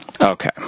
Okay